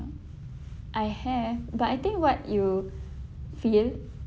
I have but I think what you feel